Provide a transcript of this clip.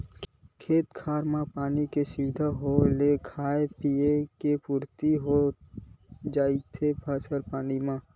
खेत खार म पानी के सुबिधा होय ले खाय पींए के पुरति तो होइ जाथे फसल पानी ह